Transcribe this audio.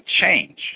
change